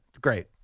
Great